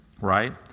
Right